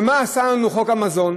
ומה עשה לנו חוק המזון?